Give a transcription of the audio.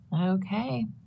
Okay